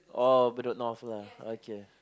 oh Bedok-North lah okay